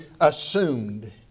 assumed